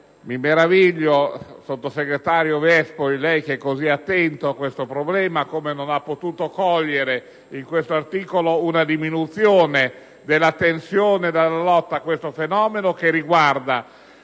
che lei, sottosegretario Viespoli, così attento a questo problema, non abbia potuto cogliere in quest'articolo una diminuzione della tensione della lotta a questo fenomeno, che riguarda